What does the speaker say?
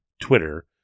Twitter